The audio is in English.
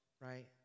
right